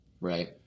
Right